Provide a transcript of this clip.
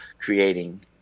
creating